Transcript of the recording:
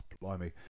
blimey